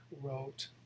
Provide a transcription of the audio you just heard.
wrote